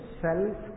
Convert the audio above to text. self